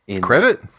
Credit